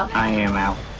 i knew